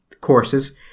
courses